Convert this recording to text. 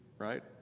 right